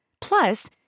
Plus